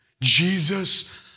Jesus